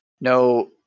no